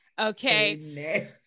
Okay